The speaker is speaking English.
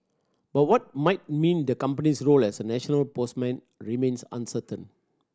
but what might mean the company's role as a national postman remains uncertain